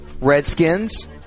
Redskins